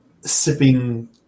sipping